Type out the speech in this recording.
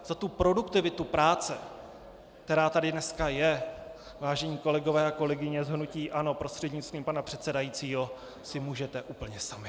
Za tu produktivitu práce, která tady dneska je, vážení kolegové a kolegyně z hnutí ANO prostřednictvím pana předsedajícího, si můžete úplně sami.